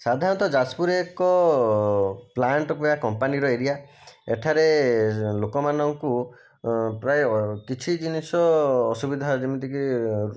ସାଧାରଣତଃ ଯାଜପୁର ଏକ ପ୍ଲାଣ୍ଟ କିମ୍ବା କମ୍ପାନୀର ଏରିଆ ଏଠାରେ ଲୋକମାନଙ୍କୁ ପ୍ରାୟ କିଛି ଜିନିଷ ଅସୁବିଧା ଯେମିତି କି